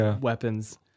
weapons